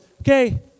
okay